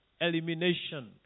elimination